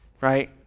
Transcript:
right